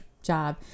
Job